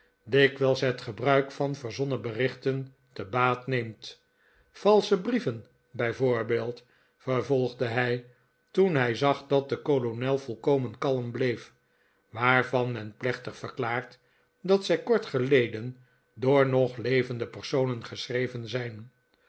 dikwijls het gebruik van verzonnen berichten te baat neemt valsche brieven hij voorbeeld vervolgde hij toen hij zag dat de kolonel volkomen kalm bleef waarvan men plechtig verklaart dat zij kort geleden door nog levende personen geschreven zijn